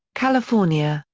california,